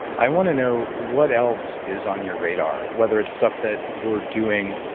i want to know what else is on your radar, whether it's stuff that you're doing